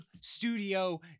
studio